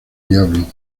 diablo